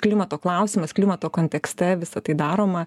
klimato klausimas klimato kontekste visa tai daroma